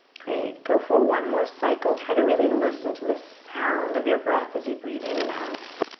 great, go for one more cycle. try to really listen to the sound of your breath as you breathe in and out.